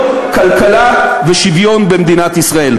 כלכלה ושוויון במדינת ישראל.